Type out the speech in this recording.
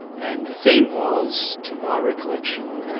and the theme was, to my recollection,